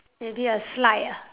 maybe a slide ah